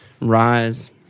rise